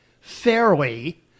fairly